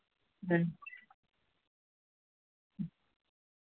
अं